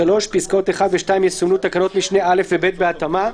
(3)פסקאות (1) ו-(2) יסומנו תקנות משנה (א) ו־(ב) בהתאמה.